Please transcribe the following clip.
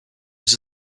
was